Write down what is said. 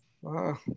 Wow